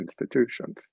institutions